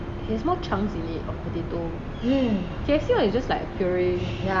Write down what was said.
it has more chunks in it of potato k_F_C one is just like pureeish